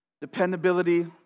Dependability